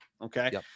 Okay